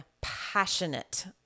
passionate